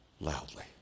loudly